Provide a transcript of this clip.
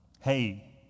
Hey